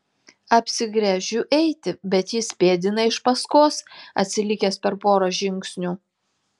apsigręžiu eiti bet jis pėdina iš paskos atsilikęs per porą žingsnių